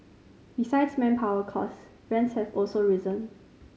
besides manpower costs rents have also risen